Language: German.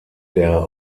der